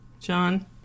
John